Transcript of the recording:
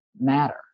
matter